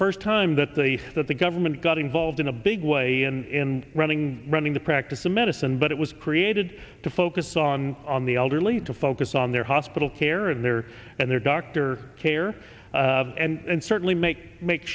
first time that the that the government got involved in a big way in running running the practice of medicine but it was created to focus on on the elderly to focus on their hospital care and their and their doctor care and certainly make make